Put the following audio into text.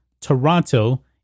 Toronto